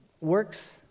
works